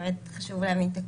שבאמת חשוב להבין את הקונטקסט,